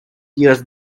years